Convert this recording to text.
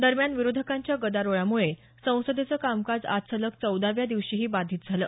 दरम्यान विरोधकांच्या गदारोळामुळे संसदेचं कामकाज आज सलग चौदाव्या दिवशीही बाधित झालं